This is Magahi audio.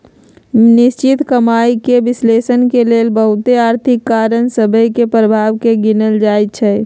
निश्चित कमाइके विश्लेषण के लेल बहुते आर्थिक कारण सभ के प्रभाव के गिनल जाइ छइ